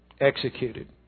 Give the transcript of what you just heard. executed